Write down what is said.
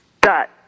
dot